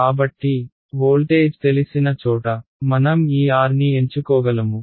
కాబట్టి వోల్టేజ్ తెలిసిన చోట మనం ఈ r ని ఎంచుకోగలము